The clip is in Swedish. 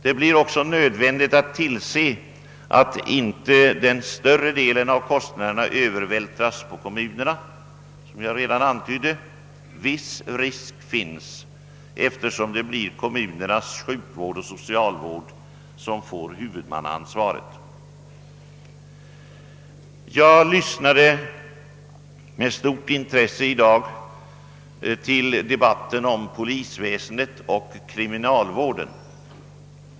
Det blir nödvändigt att tillse att inte den större delen av kostnaderna, såsom jag redan framhållit, kommer att övervältras på kommunerna. Viss risk för detta finnes, eftersom det blir kommunernas sjukvård och socialvård som får huvudmannaansvaret. Jag lyssnade med stort intresse i dag till debatten om polisväsendet och kriminalvården.